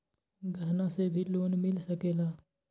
गहना से भी लोने मिल सकेला?